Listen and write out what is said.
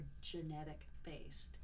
genetic-based